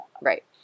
Right